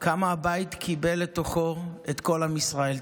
כמה הבית קיבל לתוכו את כל עם ישראל,